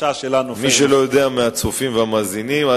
מי מהצופים ומהמאזינים שלא יודע,